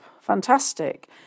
Fantastic